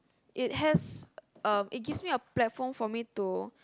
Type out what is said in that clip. it has um it gives me a platform for me to